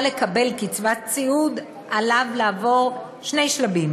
לקבל קצבת סיעוד עליו לעבור שני שלבים: